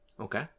Okay